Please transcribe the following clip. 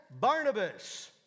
Barnabas